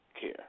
care